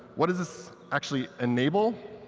what does this actually enable?